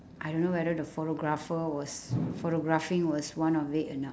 I don't know whether the photographer was photographing was one of it or not